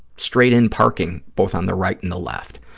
straight-in parking both on the right and the left.